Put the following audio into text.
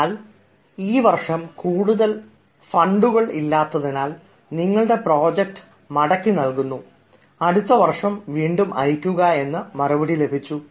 എന്നാൽ 'ഈ വർഷം കൂടുതൽ ഫണ്ടുകൾ ഇല്ലാത്തതിനാൽ നിങ്ങളുടെ പ്രോജക്റ്റ് മടക്കിനൽകുന്നു അടുത്ത വർഷം അയയ്ക്കുക' എന്ന് മറുപടി ലഭിച്ചു